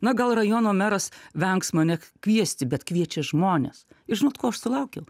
na gal rajono meras vengs mane kviesti bet kviečia žmonės ir žinot ko aš sulaukiau